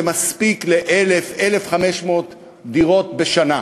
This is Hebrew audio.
זה מספיק ל-1,000 1,500 דירות בשנה,